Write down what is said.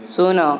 ଶୂନ